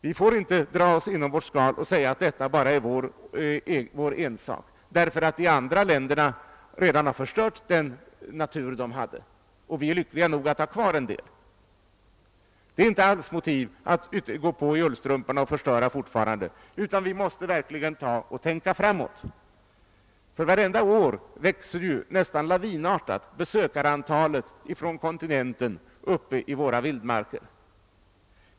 Vi får inte dra oss inom vårt skal och säga att detta är vår ensak därför att de andra länderna redan har förstört den natur de hade och vi är lyckliga nog att ha kvar en del. Det är inte alls motiv för att gå på i ullstrumporna och forifarande förstöra naturen, utan vi måste verkligen tänka framåt — för varje år växer ju besökarantalet från kontinenten uppe i våra vildmarker nästan lavinartat.